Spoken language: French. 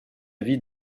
vis